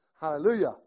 Hallelujah